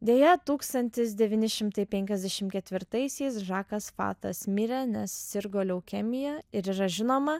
deja tūkstantis devyni šimtai penkiasdešim ketvirtaisiais žakas fatas mirė nes sirgo leukemija ir yra žinoma